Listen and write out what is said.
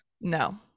No